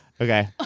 Okay